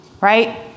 right